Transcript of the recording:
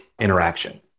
interaction